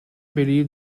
believed